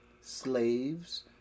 slaves